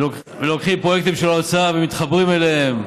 לוקחים פרויקטים של האוצר ומתחברים אליהם,